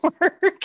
work